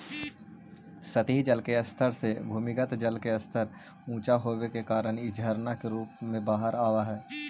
सतही जल के स्तर से भूमिगत जल के स्तर ऊँचा होवे के कारण इ झरना के रूप में बाहर आवऽ हई